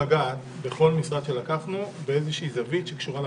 בכל משרד שלקחנו ניסינו לגעת בזווית שקשורה לפעילות.